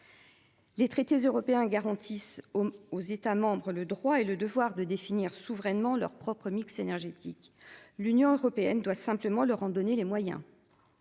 Les traités européens garantissent. Aux États membres le droit et le devoir de définir souverainement leurs propres mix énergétique. L'Union européenne doit simplement leur en donner les moyens.